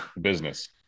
Business